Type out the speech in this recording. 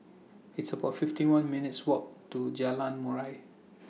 It's about fifty one minutes' Walk to Jalan Murai